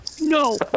No